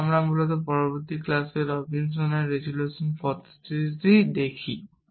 সুতরাং আমরা মূলত পরবর্তী ক্লাসে রবিনসনের রেজোলিউশন পদ্ধতিটি দেখি